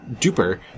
duper